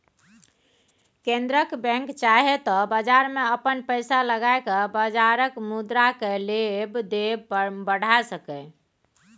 केंद्रक बैंक चाहे त बजार में अपन पैसा लगाई के बजारक मुद्रा केय लेब देब बढ़ाई सकेए